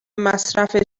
مصرف